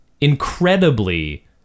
incredibly